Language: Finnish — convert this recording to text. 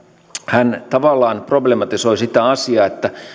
hän tavallaan problematisoi sitä asiaa että